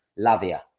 Lavia